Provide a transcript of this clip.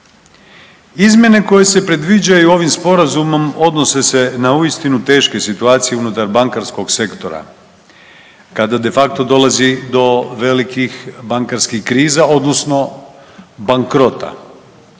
Izmjene koje se predviđaju ovim sporazumom odnose se na uistinu teške situacije unutar bankarskog sektora kada de facto dolazi do velikih bankarskih kriza odnosno bankrota,